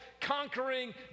conquering